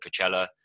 Coachella